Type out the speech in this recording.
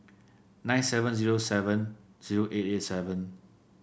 nine seven zero seven zero eight eight seven